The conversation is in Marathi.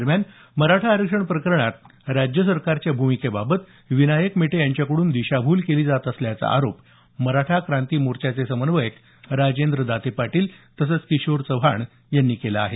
दरम्यान मराठा आरक्षण प्रकरणात राज्य सरकारच्या भूमिकेबाबत विनायक मेटे यांच्याकडून दिशाभूल केली जात असल्याचा आरोप मराठा क्रांती मोर्चाचे समन्वयक राजेंद्र दाते पाटील तसंच किशोर चव्हाण यांनी केला आहे